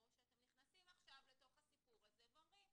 או שאתם נכנסים עכשיו לתוך הסיפור הזה ואומרים: